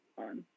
on